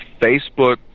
Facebook